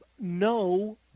No